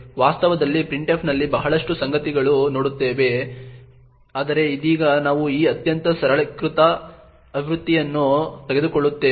ವಾಸ್ತವದಲ್ಲಿ printf ನಲ್ಲಿ ಬಹಳಷ್ಟು ಸಂಗತಿಗಳು ನಡೆಯುತ್ತವೆ ಆದರೆ ಇದೀಗ ನಾವು ಈ ಅತ್ಯಂತ ಸರಳೀಕೃತ ಆವೃತ್ತಿಯನ್ನು ತೆಗೆದುಕೊಳ್ಳುತ್ತೇವೆ